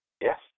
Yes